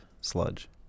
sludge